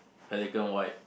pelican white